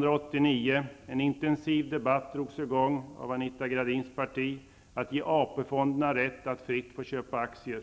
drogs en intensiv debatt i gång av Anita Gradins parti för att ge AP-fonderna rätt att fritt köpa aktier.